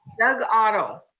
doug otto.